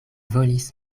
volis